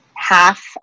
Half